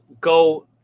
go